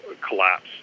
collapse